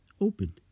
open